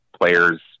players